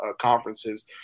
conferences